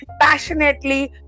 passionately